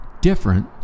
different